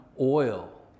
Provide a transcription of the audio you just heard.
oil